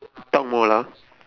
talk more lah